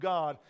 God